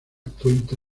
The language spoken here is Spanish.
cuenta